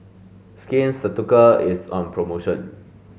Skin Ceuticals is on promotion